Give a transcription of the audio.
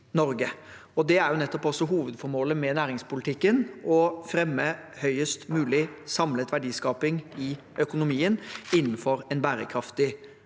det er nettopp også hovedformålet med næringspolitikken: å fremme høyest mulig samlet verdiskaping i økonomien på en bærekraftig